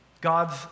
God's